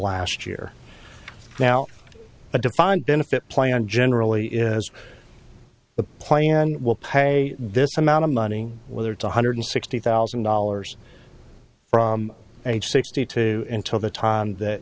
last year now a defined benefit plan generally is the plan will pay this amount of money whether it's one hundred sixty thousand dollars from age sixty two until the time that